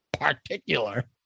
Particular